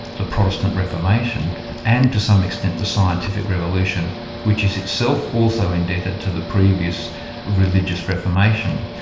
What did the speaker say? the protestant reformation and, to some extent, the scientific revolution which is itself also indebted to the previous religious reformation.